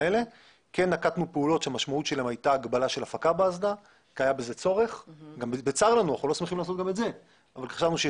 כדי להסתיר שום דבר שקשור לחומרת הממצאים או לטיבם.